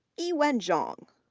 yiwen zhang,